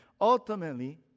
ultimately